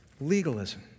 Legalism